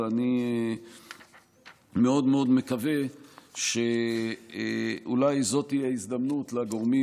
ואני מאוד מאוד מקווה שאולי זו תהיה ההזדמנות לגורמים